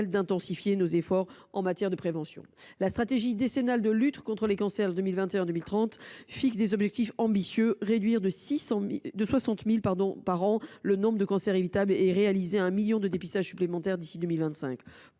d’intensifier nos efforts en matière de prévention. La stratégie décennale de lutte contre les cancers de 2021 à 2030 fixe des objectifs ambitieux : réduire de 60 000 par an le nombre de cancers évitables et réaliser un million de dépistages supplémentaires d’ici à 2025.